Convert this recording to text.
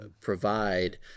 provide